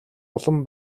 улам